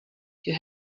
you